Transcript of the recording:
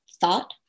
thought